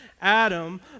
Adam